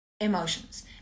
emotions